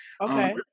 okay